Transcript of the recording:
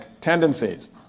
tendencies